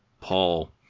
Paul